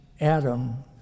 Adam